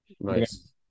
Nice